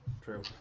true